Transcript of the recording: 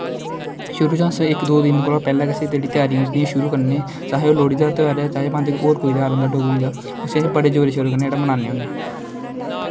शुरु च अस इक दो दिन कोला पहले त्यारी उस दी शुरु करने होने चाहे ओह् लोहड़ी दा गै ध्यार होऐ चाहे ओह् और कोई ध्यार होऐ डोगरी दा उसी अस बडे़ जोरे शोरे कन्नै जेहड़ा अस मनाने होन्ने